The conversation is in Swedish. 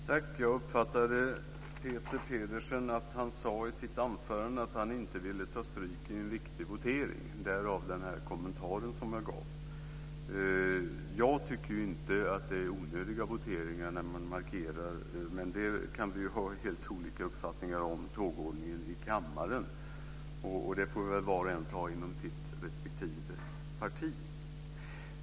Herr talman! Jag uppfattade att Peter Pedersen sade i sitt anförande att han inte ville ta stryk i en viktig votering - därav den kommentar som jag gjorde. Jag tycker inte att det är onödiga voteringar när man markerar, men vi kan ju ha helt olika uppfattningar om tågordningen i kammaren. Det får väl var och en ta upp inom respektive parti.